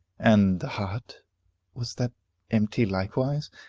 and the heart was that empty likewise?